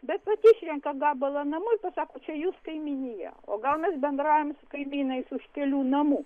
bet vat išrenka gabalą namų ir pasako čia jūs kaimynija o gal mes bendraujam su kaimynais už kelių namų